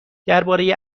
درباره